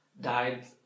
died